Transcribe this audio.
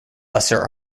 lesser